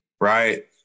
Right